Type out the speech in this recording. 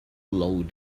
load